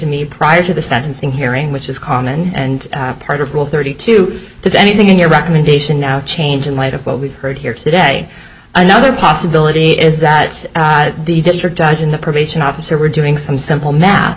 me prior to the sentencing hearing which is common and part of rule thirty two because anything in your recommendation now change in light of what we've heard here today another possibility is that the district judge in the probation officer were doing some simple math